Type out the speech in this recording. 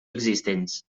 existents